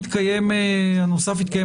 דיפרנציאלית, כמו ששירות מבחן יודע וצריך